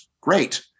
great